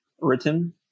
written